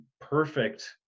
perfect